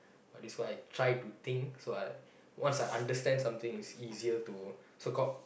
but this one I try to think so I once I understand something it's easier to so called